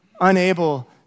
unable